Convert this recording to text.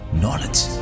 knowledge